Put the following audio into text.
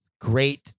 great